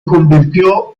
convirtió